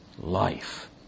life